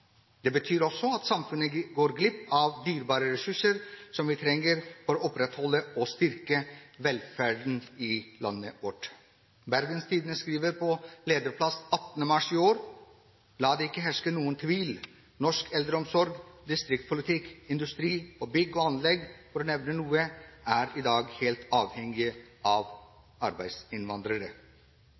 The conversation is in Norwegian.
Det betyr også at samfunnet går glipp av dyrebare ressurser som vi trenger for å opprettholde og styrke velferden i landet vårt. Bergens Tidende skriver på lederplass 18. mars i år: «La det ikke herske noen tvil: Norsk eldreomsorg, distriktspolitikk, industri, servicenæring og bygg og anlegg – for å nevne noe – er i dag helt avhengig av arbeidsinnvandrere.»